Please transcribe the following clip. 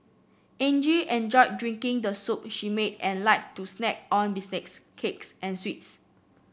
Angie enjoyed drinking the soup she made and liked to snack on biscuits cakes and sweets